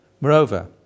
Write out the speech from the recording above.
Moreover